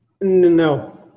No